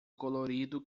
colorido